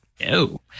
No